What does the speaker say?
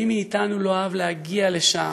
מי מאיתנו לא אהב להגיע לשם,